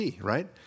right